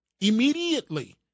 immediately